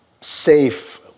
safe